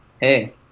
hey